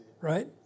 right